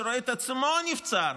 שרואה את עצמו נבצר,